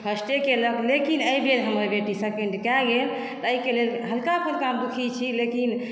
फर्स्टे केलक लेकिन एहिबेर हमर बेटी सेकंड कए गेल तऽ एहिके लेल हल्का फुल्का हम दुखी छी लेकिन